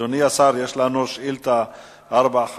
אדוני השר, יש לנו שאילתא 542,